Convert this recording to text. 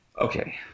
Okay